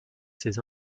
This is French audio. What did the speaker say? ses